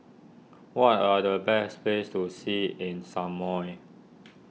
what are the best place to see in Samoa